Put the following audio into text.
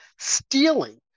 stealing